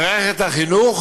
מערכת החינוך